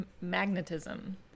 magnetism